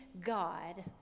God